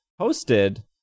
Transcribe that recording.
hosted